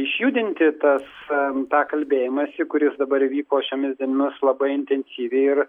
išjudinti tas tą kalbėjimąsi kuris dabar įvyko šiomis dienomis labai intensyviai ir